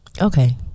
okay